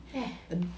eh